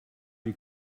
wie